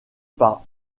par